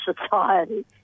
society